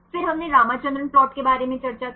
फिर हमने रामचंद्रन प्लॉट के बारे में चर्चा की